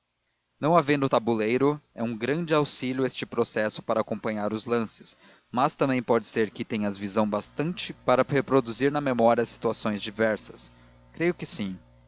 não havendo tabuleiro é um grande auxílio este processo para acompanhar os lances mas também pode ser que tenhas visão bastante para reproduzir na memória as situações diversas creio que sim